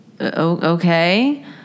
okay